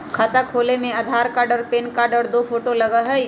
खाता खोले में आधार कार्ड और पेन कार्ड और दो फोटो लगहई?